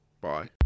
bye